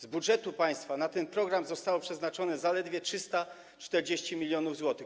Z budżetu państwa na ten program zostało przeznaczone zaledwie 340 mln zł.